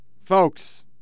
Folks